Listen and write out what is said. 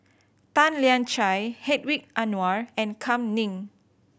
Tan Lian Chye Hedwig Anuar and Kam Ning